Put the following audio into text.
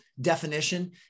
definition